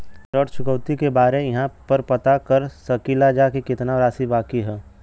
ऋण चुकौती के बारे इहाँ पर पता कर सकीला जा कि कितना राशि बाकी हैं?